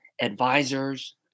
advisors